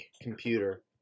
computer